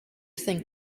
think